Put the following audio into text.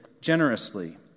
generously